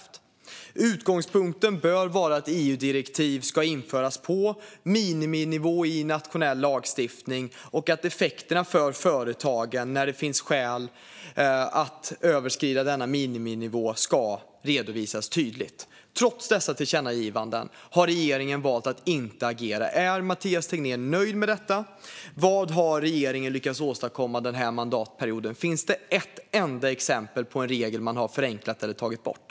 Utgångspunkten bör vara att EU-direktiv ska införas på miniminivå i nationell lagstiftning och att effekterna för företagen, när det finns skäl att överskrida denna miniminivå, ska redovisas tydligt. Trots dessa tillkännagivanden har regeringen valt att inte agera. Är Mathias Tegnér nöjd med detta? Vad har regeringen lyckats åstadkomma under den här mandatperioden? Finns det ett enda exempel på en regel som man har förenklat eller tagit bort?